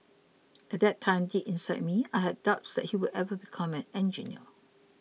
at that time deep inside me I had doubts that he would ever become an engineer